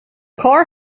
car